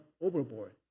overboard